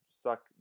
suck